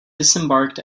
disembarked